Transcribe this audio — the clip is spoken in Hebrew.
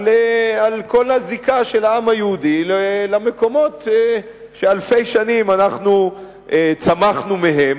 על כל הזיקה של העם היהודי למקומות שאלפי שנים אנחנו צמחנו מהם,